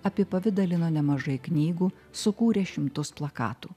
apipavidalino nemažai knygų sukūrė šimtus plakatų